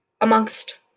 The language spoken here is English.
amongst